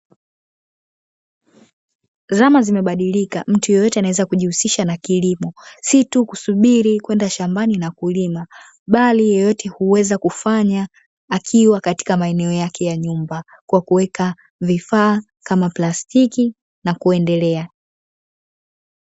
Zama zimebadilika. Mtu yeyote anaweza kujihusisha na kilimo. Si tu kusubiri kwenda shambani na kulima, bali yeyote huweza kufanya akiwa katika maeneo yake ya nyumba, kwa kuweka vifaa kama plastiki na kuendelea.